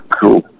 cool